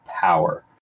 power